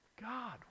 god